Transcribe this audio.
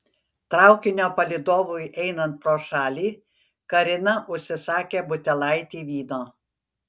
traukinio palydovui einant pro šalį karina užsisakė butelaitį vyno